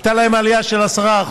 הייתה להם עלייה של 10%,